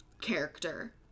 character